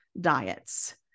diets